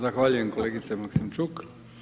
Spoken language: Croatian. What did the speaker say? Zahvaljujem kolegici Maksimčuk.